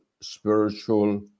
spiritual